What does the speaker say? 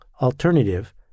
alternative